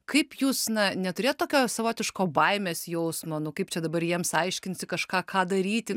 kaip jūs na neturėjo tokio savotiško baimės jausmo nu kaip čia dabar jiems aiškinsi kažką ką daryti